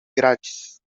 grátis